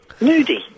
moody